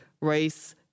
race